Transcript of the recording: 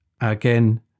Again